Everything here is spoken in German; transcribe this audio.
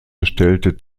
bestellte